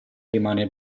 rimane